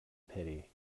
pity